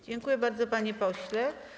Dziękuję bardzo, panie pośle.